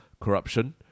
corruption